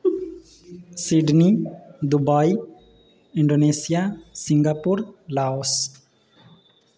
Sydney Dubai Indonesia Singapore Laos